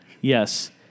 Yes